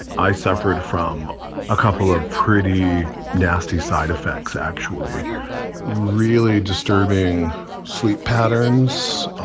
i suffered from a couple of pretty nasty side effects, actually really disturbing sleep patterns,